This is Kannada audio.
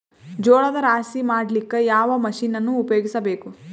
ಜೋಳದ ರಾಶಿ ಮಾಡ್ಲಿಕ್ಕ ಯಾವ ಮಷೀನನ್ನು ಉಪಯೋಗಿಸಬೇಕು?